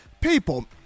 people